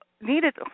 needed